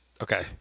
Okay